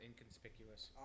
inconspicuous